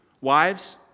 Wives